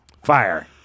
Fire